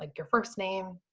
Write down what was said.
like your first name,